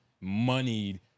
moneyed